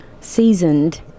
seasoned